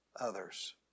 others